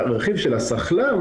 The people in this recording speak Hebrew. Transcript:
הרכיב של השכל"מ